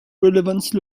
relevance